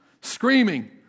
screaming